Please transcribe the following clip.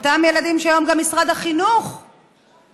על אותם ילדים שהיום גם משרד החינוך רוצה